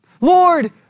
Lord